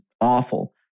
awful